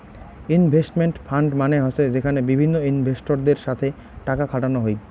investment fund মানে হসে যেখানে বিভিন্ন ইনভেস্টরদের সাথে টাকা খাটানো হই